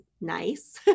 nice